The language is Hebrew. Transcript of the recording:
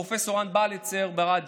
את פרופ' רן בליצר ברדיו,